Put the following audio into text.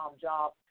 job